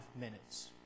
minutes